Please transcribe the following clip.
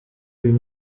uyu